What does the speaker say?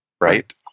Right